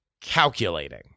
calculating